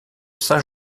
saint